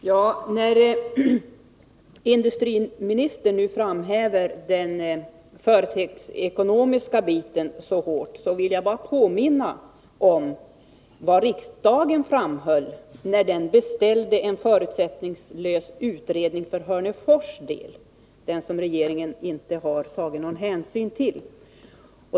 Herr talman! När industriministern nu framhäver den företagsekonomiska biten så hårt vill jag bara påminna om vad riksdagen framhöll då den beställde en förutsättningslös utredning för Hörnefors del — den som regeringen inte har tagit någon hänsyn till.